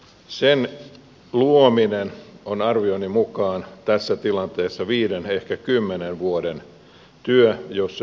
sen luominen on arvioni mukaan tässä tilanteessa viiden ehkä kymmenen vuoden työ jos se hyvin onnistuu